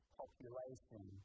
population